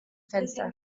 fenster